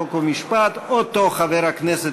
חוק ומשפט אותו חבר הכנסת,